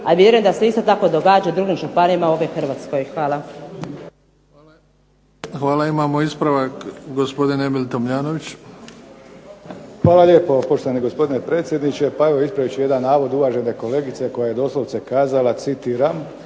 a vjerujem da se isto tako događa u drugim županijama u ovoj Hrvatskoj. Hvala. **Bebić, Luka (HDZ)** Hvala. Imamo ispravak, gospodin Emil Tomljanović. **Tomljanović, Emil (HDZ)** Hvala lijepo poštovani gospodine predsjedniče. Pa evo ispravit ću jedan navod uvažene kolegice koja je doslovce kazala, citiram: